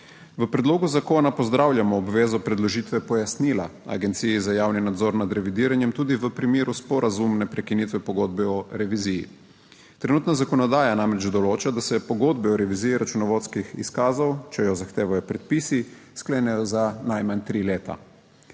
V predlogu zakona pozdravljamo obvezo predložitve pojasnila Agenciji za javni nadzor nad revidiranjem tudi v primeru sporazumne prekinitve pogodbe o reviziji. Trenutna zakonodaja namreč določa, da se pogodbe o reviziji računovodskih izkazov, če jo zahtevajo predpisi, sklenejo za najmanj tri leta.